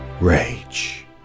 Rage